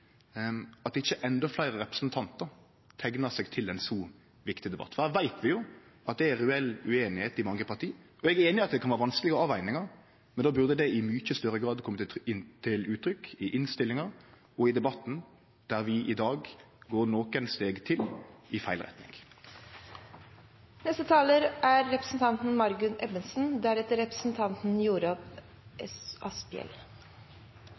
at ikkje endå fleire representantar teiknar seg til ein så viktig debatt, for her veit vi jo at det er reell ueinigheit i mange parti. Eg er einig i at det kan vere vanskelege avvegingar, men då burde dei i mykje større grad ha kome til uttrykk i innstillinga og i debatten, der vi i dag går nokre steg til i